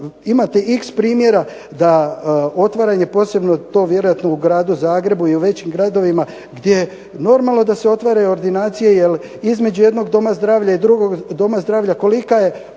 Imate x primjera da otvaranje, posebno to vjerojatno u Gradu Zagrebu i u većim gradovima gdje je normalno da se otvaraju ordinacije jer između jednog doma zdravlja i drugog doma zdravlja kolika je